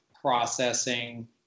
processing